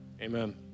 Amen